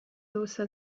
also